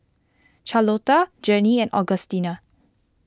Charlotta Journey and Augustina